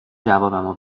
جوابمو